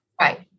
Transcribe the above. Right